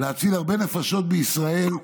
להציל הרבה נפשות בישראל.